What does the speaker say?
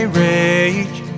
rage